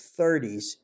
30s